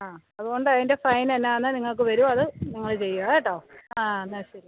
ആ അതുകൊണ്ട് അതിൻ്റെ ഫൈനെല്ലാന്ന് നിങ്ങൾക്ക് വരും അത് നിങ്ങൾ ചെയ്യുക കേട്ടോ ആ എന്നാൽ ശരി